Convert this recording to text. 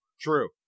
true